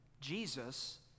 Jesus